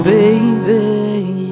Baby